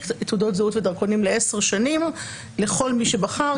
תעודות זהות ודרכונים לעשר שנים לכל מי שבחר,